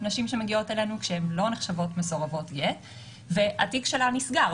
נשים שמגיעות אלינו כשהן לא נחשבות מסורבות גט והתיק שלה נסגר.